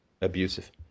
abusive